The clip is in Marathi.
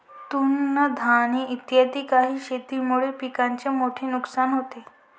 तृणधानी इत्यादी काही शेतीमुळे पिकाचे मोठे नुकसान होते